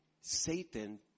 satan